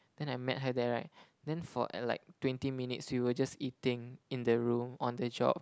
then I met her there right then for like twenty minutes we were just eating in the room on the job